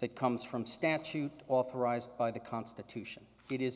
that comes from statute authorized by the constitution it is